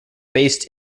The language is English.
based